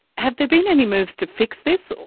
have there been any moves to fix this, so